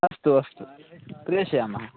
अस्तु अस्तु प्रेषयामः